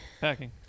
Packing